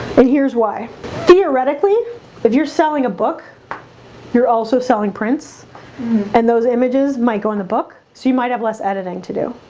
here's why theoretically if you're selling a book you're also selling prints and those images might go in the book. so you might have less editing to do